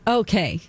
okay